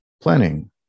planning